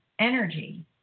energy